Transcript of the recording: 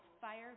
fire